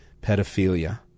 pedophilia